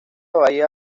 bahía